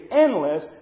endless